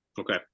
Okay